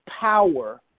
power